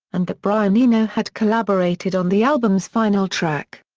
and that brian eno had collaborated on the album's final track.